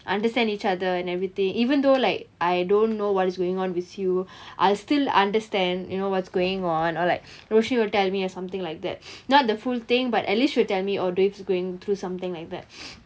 understand each other and everything even though like I don't know what is going on with you I'll still understand you know what's going on or like roshni will tell me or something like that not the full thing but at least she'll tell me oh dwevs going through something like that